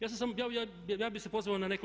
Ja sam samo objavio, ja bih se pozvao na